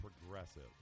progressive